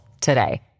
today